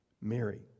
Mary